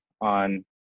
on